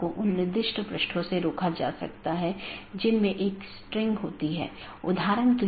2 update message routing जानकारी को BGP साथियों के बीच आदान प्रदान करता है